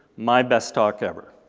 my best talk ever.